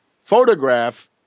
photograph